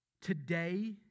Today